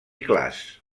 clars